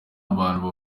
abantu